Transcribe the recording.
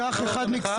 קח אחד מכספים,